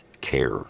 care